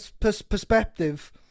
perspective